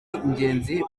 ingenzi